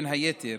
בין היתר,